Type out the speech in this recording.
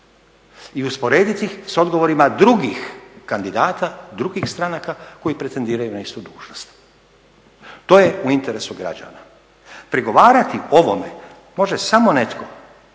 i usporediti ih sa odgovorima drugih kandidata, drugih stranaka koji pretendiraju na istu dužnost. To je u interesu građana. Prigovarati ovome može samo netko